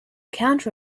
counter